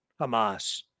Hamas